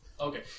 Okay